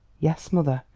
yes, mother.